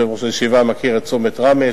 יושב-ראש הישיבה מכיר את צומת ראמה,